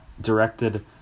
Directed